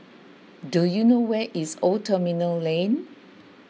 do you know where is Old Terminal Lane